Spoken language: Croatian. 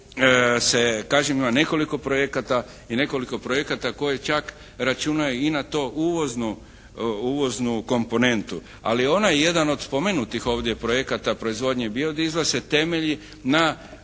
se kažem ima nekoliko projekata i nekoliko projekata koje čak računaju i na to uvoznu komponentu. Ali ona je jedan od spomenutih ovdje projekata proizvodnje biodizela se temelji na